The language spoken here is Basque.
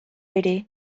ere